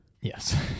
Yes